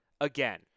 again